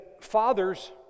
Fathers